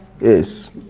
Yes